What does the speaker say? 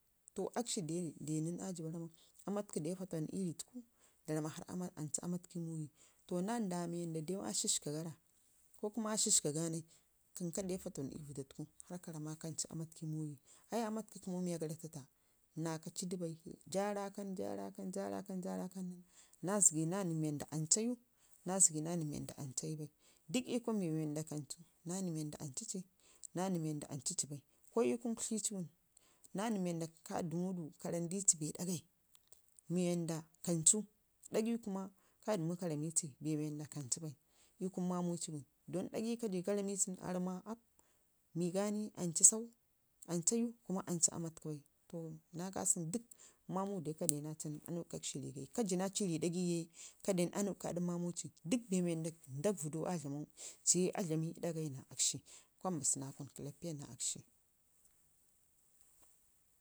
to akshi don a jibba ramau ma, aama taku dew fafaw an ii ritusku da ramma, harr anch aama tuku ii muwi to naa ndaawa mii den aa shaskagara ko kuma aa shaska ga nai kəm ka dew fafawan ii vədda tuku harr ka ram ma kancu aama tuku ii muwi ai aama tuku kəmu miya gara titta naa kaci du bai jaa rakan, jaa rakan, jaa rakan naa zəgi, naa nən wanda anca iyu naa zəgi naa nən wanda an ca iyu bai dək ii kunu naa nən mii wanda anci iyu naa nən mii wauda ancici bai ko ii kun kutlici ngum naa nən mil wanda ka dəmu du ka ramdici bee ɗagai mii wanɗa kanal ɗagi kuma ka dəmu karamici bee wanda kancu bai ii kunu mamaci ngum don ɗagai ka ramici nən aa ramau ma miganai anca sau, anca iyu kuma anca aama tuku bai to naa kasau dere mamu dai ka denaci nən a nibkə adakshi ii sii gaya ka jina ci rri dagai mamuci a nibki adakshi rigayi kwa dlama na mbasu kəllappiya.